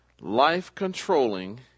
life-controlling